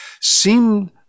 seem